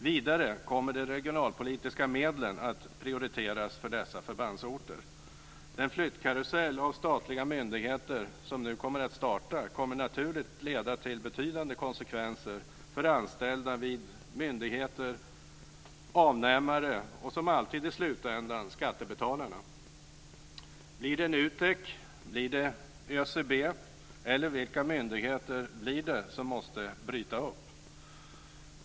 Vidare kommer de regionalpolitiska medlen att prioriteras för dessa förbandsorter. Den flyttkarusell av statliga myndigheter som nu kommer att starta kommer naturligt att leda till betydande konsekvenser för anställda vid myndigheter, avnämare och, som alltid i slutändan, skattebetalarna. Blir det NUTEK, blir det ÖCB eller vilka myndigheter blir det som måste bryta upp?